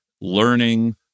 learning